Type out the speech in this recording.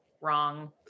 Wrong